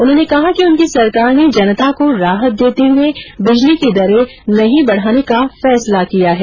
उन्होंने कहा कि उनकी सरकार ने जनता को राहत देते हुए बिजली की दरें नहीं बढाने का फैसला किया है